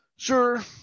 Sure